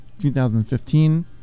2015